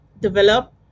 develop